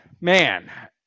Man